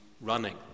running